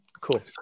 Cool